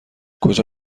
کجا